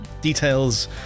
Details